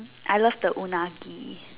I love the unaged